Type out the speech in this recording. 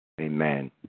Amen